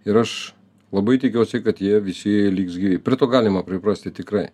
ir aš labai tikiuosi kad jie visi liks gyvi prie to galima priprasti tikrai